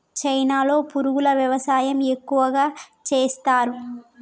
చైనాలో పురుగుల వ్యవసాయం ఎక్కువగా చేస్తరు